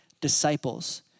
disciples